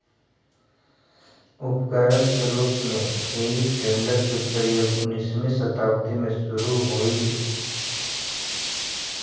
उपकरण के रूप में हेइ टेडर के प्रयोग उन्नीसवीं शताब्दी में शुरू होलइ